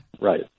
right